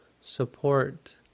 support